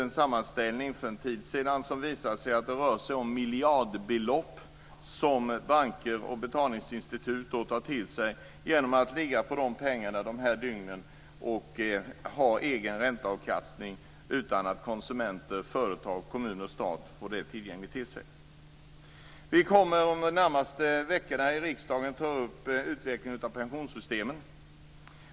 En sammanställning som vi för en tid sedan fick visar att banker och betalningsinstitut tillgodoräknar sig miljardbelopp genom att under dessa dagar ligga på pengarna, som de får egen ränteavkastning på. Under denna tid är pengarna inte tillgängliga för konsumenterna, företagen, kommunerna och staten. Vi kommer under de närmaste veckorna i riksdagen att behandla pensionssystemens utveckling.